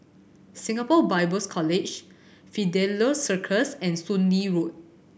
Singapore Bible's College Fidelio Circus and Soon Lee Road